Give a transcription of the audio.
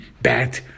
bad